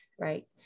right